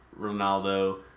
Ronaldo